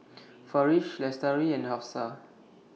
Farish Lestari and Hafsa